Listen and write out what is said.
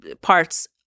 parts